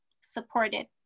supported